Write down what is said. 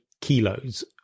kilos